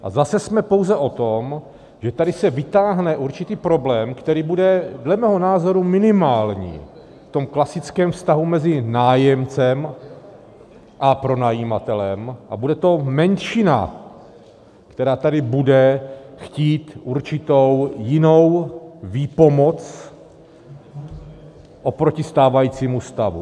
A zase jsme pouze o tom, že tady se vytáhne určitý problém, který bude dle mého názoru minimální v tom klasickém vztahu mezi nájemcem a pronajímatelem, a bude to menšina, která tady bude chtít určitou jinou výpomoc oproti stávajícímu stavu.